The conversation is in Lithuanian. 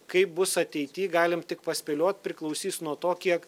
kaip bus ateity galim tik paspėliot priklausys nuo to kiek